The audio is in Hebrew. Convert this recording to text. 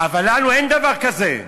אבל לנו אין דבר כזה.